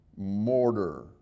mortar